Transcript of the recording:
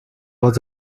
was